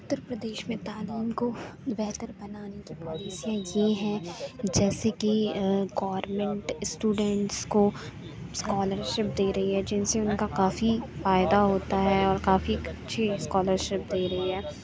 اتر پردیش میں تعلیم کو بہتر بنانے کی پالیسیاں یہ ہیں جیسے کہ گورمنٹ اسٹوڈنٹس کو اسکالر شپ دے رہی ہے جن سے ان کا کافی فائدہ ہوتا ہے اور کافی اچھی اسکالر شپ دے رہی ہے